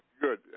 good